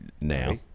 now